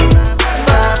Five